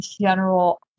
general